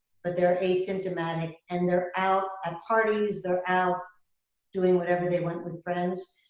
but they're asymptomatic and they're out at parties. they're out doing whatever they want with friends.